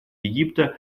египта